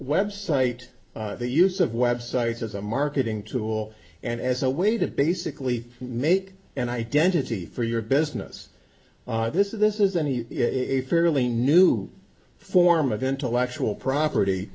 website the use of websites as a marketing tool and as a way to basically make an identity for your business this is this is an e it fairly new form of intellectual property